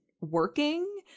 working